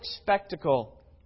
spectacle